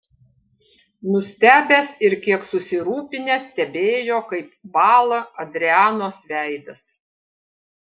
nustebęs ir kiek susirūpinęs stebėjo kaip bąla adrianos veidas